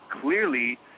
clearly